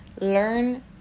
learn